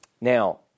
Now